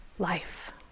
Life